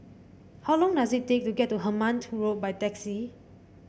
how long does it take to get to Hemmant Road by taxi